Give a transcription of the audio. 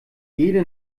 jede